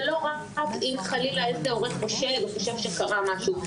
ולא רק אם חלילה איזה הורה חושד או חושב שקרה משהו.